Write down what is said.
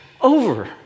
over